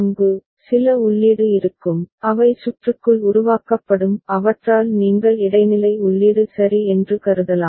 அங்கு சில உள்ளீடு இருக்கும் அவை சுற்றுக்குள் உருவாக்கப்படும் அவற்றால் நீங்கள் இடைநிலை உள்ளீடு சரி என்று கருதலாம்